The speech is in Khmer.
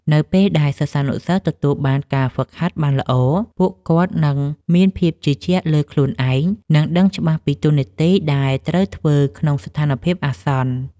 នៅពេលដែលសិស្សានុសិស្សទទួលបានការហ្វឹកហាត់បានល្អ ពួកគាត់នឹងមានភាពជឿជាក់លើខ្លួនឯង និងដឹងច្បាស់ពីតួនាទីដែលត្រូវធ្វើក្នុងស្ថានភាពអាសន្ន។